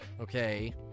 okay